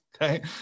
Okay